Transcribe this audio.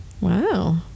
wow